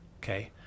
Okay